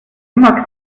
immer